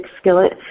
skillet